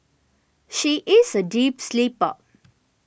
she is a deep sleeper